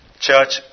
church